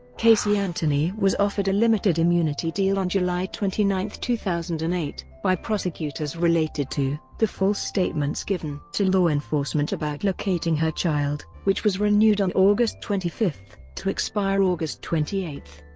casey anthony was offered a limited immunity deal on july twenty nine, two thousand and eight, by prosecutors related to the false statements given to law enforcement about locating her child, which was renewed on august twenty five, to expire august twenty eight.